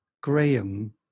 Graham